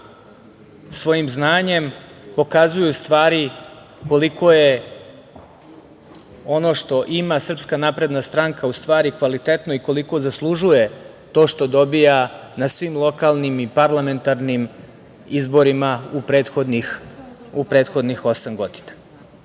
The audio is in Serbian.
svojim znanjem pokazuju, u stvari koliko je ono što ima Srpska napredna stranka kvalitetno i koliko zaslužuje to što dobija na svim lokalnim i parlamentarnim izborima u prethodnih osam godina. Takođe,